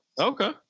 Okay